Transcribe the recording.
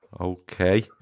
okay